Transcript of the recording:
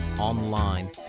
online